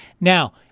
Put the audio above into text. Now